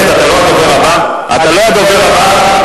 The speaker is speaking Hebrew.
חבל, חברי סגן יושב-ראש הכנסת, אתה לא הדובר הבא?